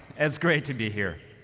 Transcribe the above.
it's great to be here.